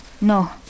No